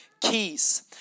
keys